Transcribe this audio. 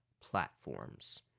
platforms